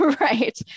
right